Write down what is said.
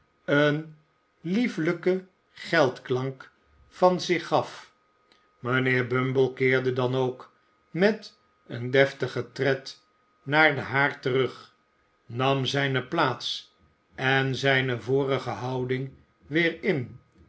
een liefelijken geldklank van zich gaf mijnheer bumble keerde dan ook met een deftigen tred naar den haard terug nam zijne plaats en zijne vorige houding weer in